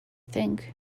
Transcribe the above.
think